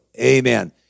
Amen